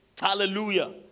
Hallelujah